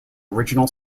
original